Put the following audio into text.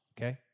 okay